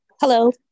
Hello